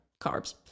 carbs